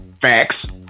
facts